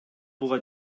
буга